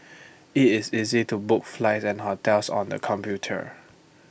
IT is easy to book flight and hotel on the computer